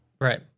Right